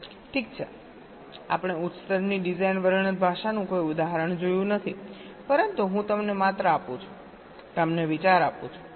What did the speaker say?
ઠીક છે આપણે ઉચ્ચ સ્તરની ડિઝાઇન વર્ણન ભાષાનું કોઈ ઉદાહરણ જોયું નથી પરંતુ હું તમને માત્ર આપું છું તમને વિચાર આપું છું